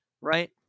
right